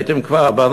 ראיתם כבר?